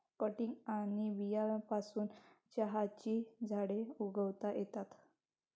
cuttings आणि बियांपासून चहाची झाडे उगवता येतात